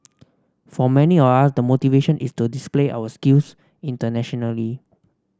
for many of us the motivation is to display our skills internationally